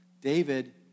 David